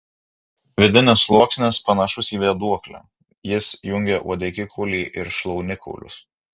vidinis sluoksnis panašus į vėduoklę jis jungia uodegikaulį ir šlaunikaulius